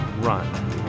run